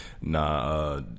Nah